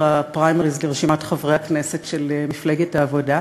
הפריימריז לרשימת חברי הכנסת של מפלגת העבודה.